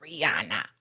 rihanna